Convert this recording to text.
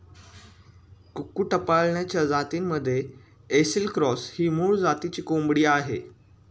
कुक्कुटपालनाच्या जातींमध्ये ऐसिल क्रॉस ही मूळ जातीची कोंबडी आहे